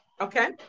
Okay